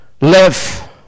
live